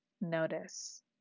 notice